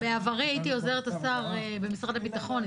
בעברי הייתי עוזרת השר במשרד הביטחון,